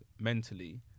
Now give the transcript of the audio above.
mentally